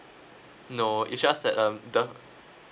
no it's just that um the